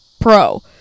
pro